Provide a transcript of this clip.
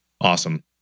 Awesome